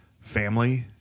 family